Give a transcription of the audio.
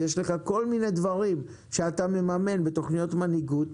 יש לך כל מיני דברים שאתה מממן בתוכניות מנהיגות.